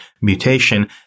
mutation